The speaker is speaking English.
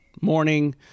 morning